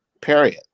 period